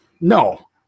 no